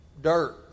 dirt